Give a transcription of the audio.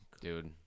Dude